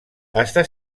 està